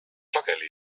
sageli